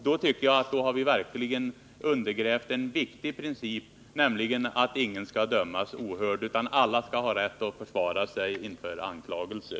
Då tycker jag att vi verkligen har undergrävt en viktig princip, nämligen att ingen skall dömas ohörd utan att alla skall ha rätt att försvara sig mot anklagelser.